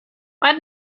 what